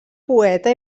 poeta